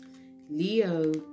Leo